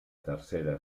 tercera